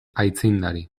aitzindari